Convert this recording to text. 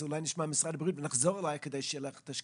אולי נשמע את משרד הבריאות ונחזור אלייך כדי שיהיה לך את השקפים.